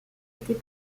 était